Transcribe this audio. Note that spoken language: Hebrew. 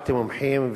שאלתי מומחים,